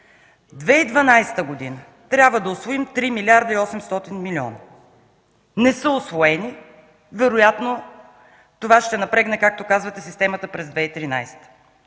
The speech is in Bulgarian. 2012 г. трябва да усвоим 3 милиарда и 800 милиона – не са усвоени! Вероятно това ще напрегне, както казвате, системата през 2013